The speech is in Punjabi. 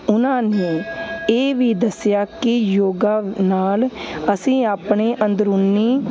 ਉਹਨਾਂ ਨੇ ਇਹ ਵੀ ਦੱਸਿਆ ਕਿ ਯੋਗਾ ਨਾਲ ਅਸੀਂ ਆਪਣੇ ਅੰਦਰੂਨੀ